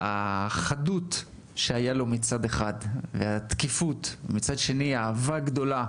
החדות שהייתה לו, התקיפות והאהבה הגדולה